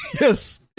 Yes